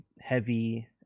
heavy